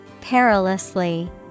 Perilously